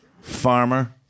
farmer